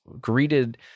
greeted